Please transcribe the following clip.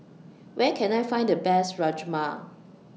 Where Can I Find The Best Rajma